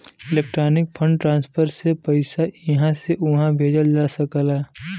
electronic fund transfer से पइसा इहां उहां भेजल जा सकला